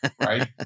right